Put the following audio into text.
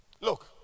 Look